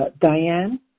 Diane